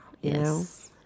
Yes